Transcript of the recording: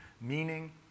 meaning